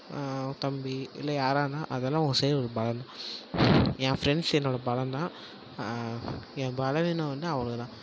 தம்பி இல்லை யாராக இருந்தால் அதலாம் என் ஃப்ரண்ட்ஸ் என்னோடய பலந்தான் என் பலவீனம் வந்து அவங்கதான்